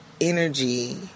energy